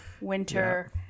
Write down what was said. winter